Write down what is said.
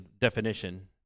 definition